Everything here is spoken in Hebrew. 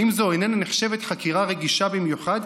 האם זו איננה נחשבת חקירה רגישה במיוחד,